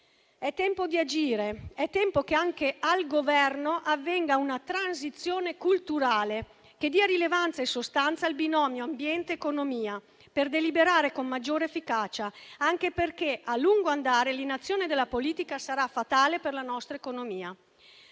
È tempo di agire, è tempo che anche al Governo avvenga una transizione culturale che dia rilevanza e sostanza al binomio ambiente-economia, per deliberare con maggiore efficacia, anche perché a lungo andare l'inazione della politica sarà fatale per la nostra economia.